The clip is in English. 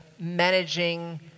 managing